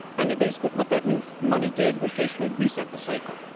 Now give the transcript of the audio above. and they basically. what that new money did was basically reset the cycle.